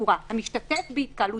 שלא יצליחו לפתוח פנימיות.